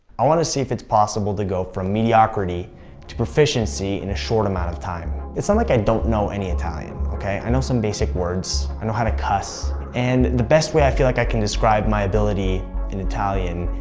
i wanna see if it's possible to go from mediocrity to proficiency in a short amount of time. it's not um like i don't know any italian, okay? i know some basic words, i know how to cuss. and the best way i feel like i can describe my ability in italian,